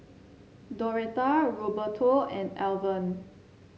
Doretta Roberto and Alvan